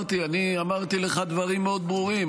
אמרתי לך דברים מאוד ברורים.